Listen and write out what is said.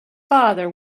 father